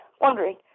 wondering